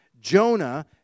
Jonah